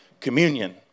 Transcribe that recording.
communion